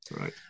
Right